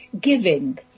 giving